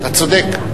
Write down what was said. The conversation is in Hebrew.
אתה צודק.